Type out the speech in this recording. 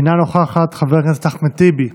אינה נוכחת, חבר הכנסת אחמד טיבי,